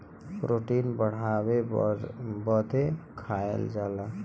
protein बढ़ावे बदे खाएल जाला